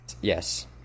yes